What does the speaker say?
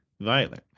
violent